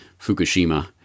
Fukushima